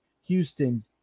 Houston